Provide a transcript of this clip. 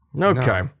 Okay